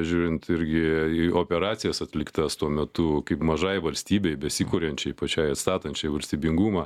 žiūrint irgi į operacijas atliktas tuo metu kaip mažai valstybei besikuriančiai pačiai atstatančiai valstybingumą